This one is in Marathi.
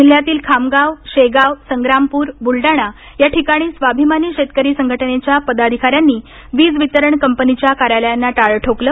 जिल्ह्यातील खामगाव शेगाव संग्रामपूर ब्रलडाणा या ठिकाणी स्वाभिमानी शेतकरी संघटनेच्या पदाधिकाऱ्यांनी वीज वितरण कंपनीच्या कार्यालयांना टाळं ठोकलं